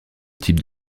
type